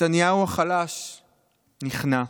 ונתניהו החלש נכנע.